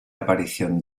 aparición